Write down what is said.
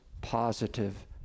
positive